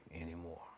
anymore